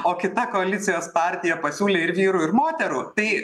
o kita koalicijos partija pasiūlė ir vyrų ir moterų tai